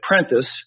Apprentice